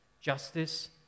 justice